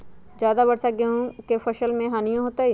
ज्यादा वर्षा गेंहू के फसल मे हानियों होतेई?